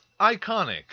iconic